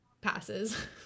passes